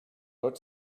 ought